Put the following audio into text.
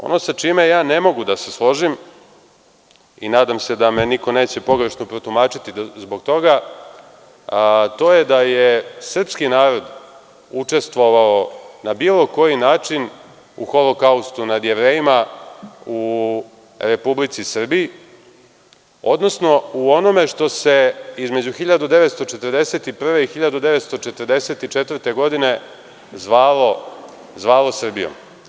Ono sa čime ja ne mogu da se složim i nadam se da me niko neće pogrešno protumačiti zbog toga, to je da je srpski narod učestvovao na bilo koji način u holokaustu nad Jevrejima u Republici Srbiji, odnosno u onome što se između 1941. i 1944. godine zvalo Srbijom.